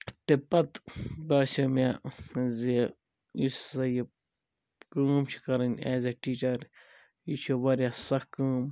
تَمہِ پَتہٕ باسیٛو مےٚ زِ یُس ہَسا یہِ کٲم چھِ کَرٕنۍ ایز اےٚ ٹیٖچر یہِ چھِ واریاہ سَخ کٲم